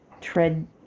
tread